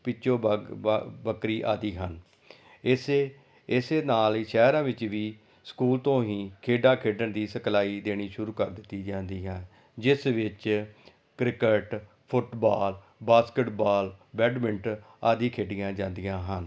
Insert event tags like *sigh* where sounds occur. ਪੀਚੋ *unintelligible* ਬੱਕਰੀ ਆਦਿ ਹਨ ਇਸ ਇਸ ਨਾਲ ਹੀ ਸ਼ਹਿਰਾਂ ਵਿੱਚ ਵੀ ਸਕੂਲ ਤੋਂ ਹੀ ਖੇਡਾਂ ਖੇਡਣ ਦੀ ਸਿਖਲਾਈ ਦੇਣੀ ਸ਼ੁਰੂ ਕਰ ਦਿੱਤੀ ਜਾਂਦੀ ਹੈ ਜਿਸ ਵਿੱਚ ਕ੍ਰਿਕਟ ਫੁੱਟਬਾਲ ਬਾਸਕਿਟਬਾਲ ਬੈਡਮਿੰਟ ਆਦਿ ਖੇਡੀਆਂ ਜਾਂਦੀਆਂ ਹਨ